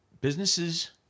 businesses